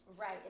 Right